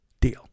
Deal